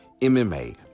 MMA